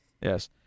Yes